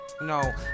No